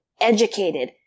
educated